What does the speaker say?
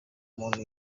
umuntu